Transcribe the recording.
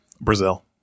Brazil